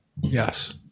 Yes